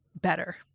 better